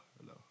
hello